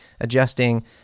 adjusting